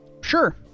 Sure